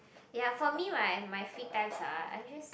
ya for me right my free times are are just